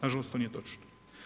Nažalost to nije točno.